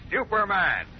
Superman